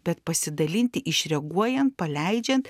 bet pasidalinti išreaguojant paleidžiant